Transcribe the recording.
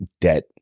debt